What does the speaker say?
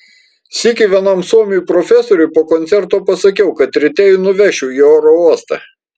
sykį vienam suomiui profesoriui po koncerto pasakiau kad ryte jį nuvešiu į oro uostą